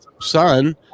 son